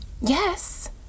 Yes